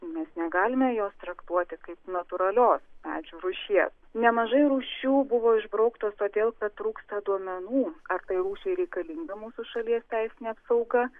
mes negalime jos traktuoti kaip natūralios medžių rūšies nemažai rūšių buvo išbrauktos todėl kad trūksta duomenų ar tai rūšiai reikalinga mūsų šalies teisinė apsauga